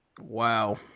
Wow